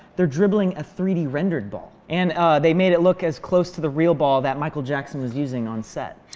they're dribbling a three d wrendered ball and they made it look as close to the real ball that michael jackson was using on set